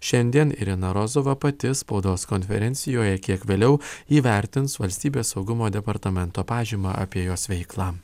šiandien irina rozova pati spaudos konferencijoje kiek vėliau įvertins valstybės saugumo departamento pažymą apie jos veiklą